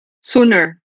sooner